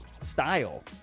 style